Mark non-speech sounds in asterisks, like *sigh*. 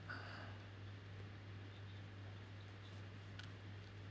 *breath*